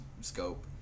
scope